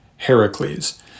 Heracles